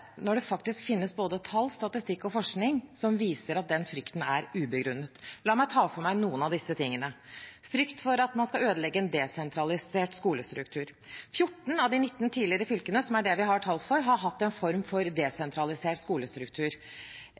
når det faktisk finnes både tall, statistikk og forskning som viser at den frykten er ubegrunnet. La meg ta for meg noen av disse tingene. Frykt for at man skal ødelegge en desentralisert skolestruktur: 14 av de 19 tidligere fylkene, som er det vi har tall for, har hatt en form for desentralisert skolestruktur.